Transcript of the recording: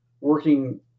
working